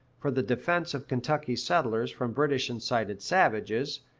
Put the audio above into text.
for the defence of kentucky settlers from british-incited savages,